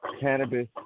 cannabis